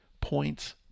points